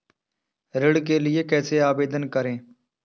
ऋण के लिए कैसे आवेदन करें?